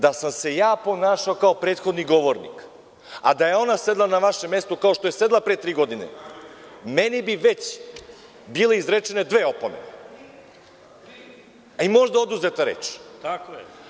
Da sam se ja ponašao kao prethodni govornik, a da je ona sedela na vašem mestu, kao što je sedela pre tri godine, meni bi već bile izrečene dve opomene, a možda i oduzeta reč.